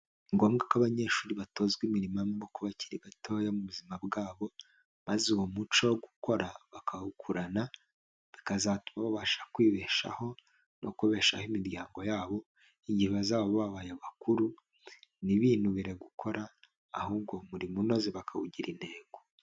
NI ngombwa ko abanyeshuri batozwa imirimo ku bakiri batoya mu buzima bwabo maze uwo muco wo gukora bakawukurana bikazatuma babasha kwibeshaho no kubeshaho imiryango yabo igihe bazaba babaye abakuru, ntibinubire gukora ahubwo umumo unoze bakawugira intego.